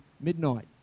midnight